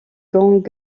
gang